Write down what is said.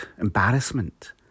embarrassment